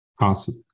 Awesome